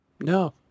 No